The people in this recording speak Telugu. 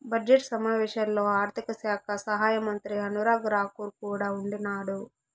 బడ్జెట్ సమావేశాల్లో ఆర్థిక శాఖ సహాయమంత్రి అనురాగ్ రాకూర్ కూడా ఉండిన్నాడు